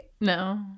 No